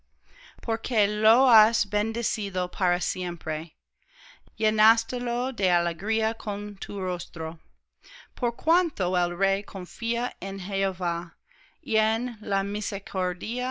porque lo has bendecido para siempre llenástelo de alegría con tu rostro por cuanto el rey confía en jehová y en la